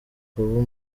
kuba